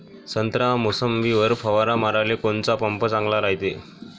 संत्रा, मोसंबीवर फवारा माराले कोनचा पंप चांगला रायते?